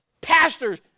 pastors